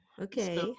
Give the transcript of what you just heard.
Okay